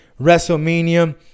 WrestleMania